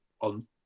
on